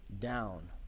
down